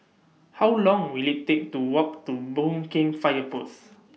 How Long Will IT Take to Walk to Boon Keng Fire Post